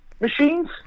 machines